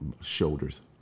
shoulders